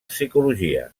psicologia